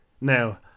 Now